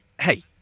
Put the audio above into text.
hey